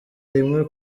rimwe